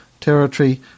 territory